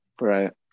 Right